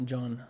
John